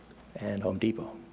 and home depot.